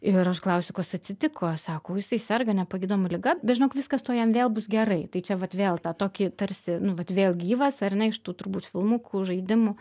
ir aš klausiu kas atsitiko sako jisai serga nepagydoma liga bet žinok viskas tuoj jam vėl bus gerai tai čia vat vėl tą tokį tarsi nu vat vėl gyvas ar ne iš tų turbūt filmukų žaidimų